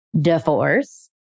Divorce